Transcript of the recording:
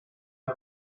are